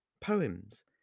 poems